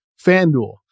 FanDuel